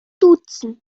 duzen